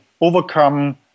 overcome